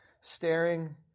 staring